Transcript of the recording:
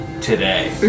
today